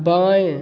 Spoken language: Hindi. बाएं